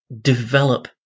develop